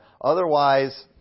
Otherwise